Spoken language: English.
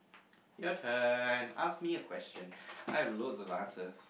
your turn ask me a question I have loads of answers